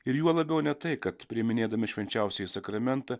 ir juo labiau ne tai kad priiminėdami švenčiausiąjį sakramentą